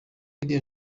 iriya